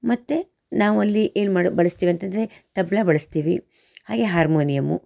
ಮತ್ತು ನಾವು ಅಲ್ಲಿ ಏನು ಮಾಡಿ ಬಳಸ್ತೀವಿ ಅಂತಂದರೆ ತಬಲಾ ಬಳಸ್ತೀವಿ ಹಾಗೇ ಹಾರ್ಮೋನಿಯಮ್ಮು